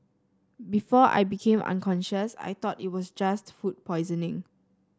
before I became unconscious I thought it was just food poisoning